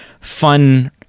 fun